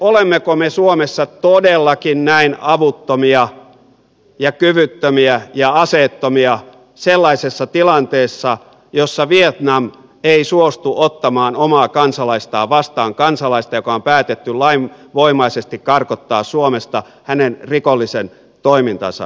olemmeko me suomessa todellakin näin avuttomia ja kyvyttömiä ja aseettomia sellaisessa tilanteessa jossa vietnam ei suostu ottamaan omaa kansalaistaan vastaan kansalaista joka on päätetty lainvoimaisesti karkottaa suomesta hänen rikollisen toimintansa johdosta